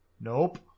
Nope